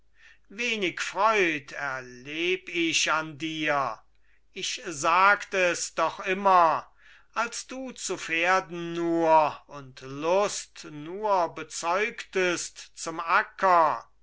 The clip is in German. wenig freud erleb ich an dir ich sagt es doch immer als du zu pferden nur und lust nur bezeugtest zum acker